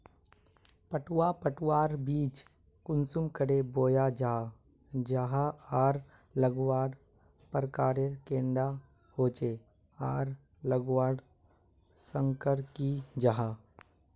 पटवा पटवार बीज कुंसम करे बोया जाहा जाहा आर लगवार प्रकारेर कैडा होचे आर लगवार संगकर की जाहा?